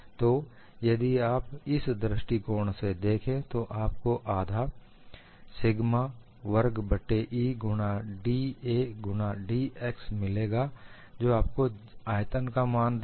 तो यदि आप इस दृष्टिकोण से देखें तो आपको ½ सिग्मा वर्ग बट्टे E गुणा dA गुणा dx मिलेगा जो आपको आयतन का मान देगा